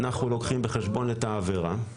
אנחנו לוקחים בחשבון את חומרת העבירה.